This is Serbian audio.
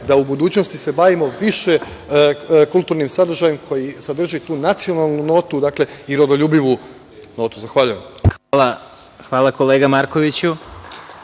se u budućnosti bavimo više kulturnim sadržajem koji sadrži tu nacionalnu notu i rodoljubivu notu. Zahvaljujem. **Vladimir Marinković**